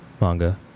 Manga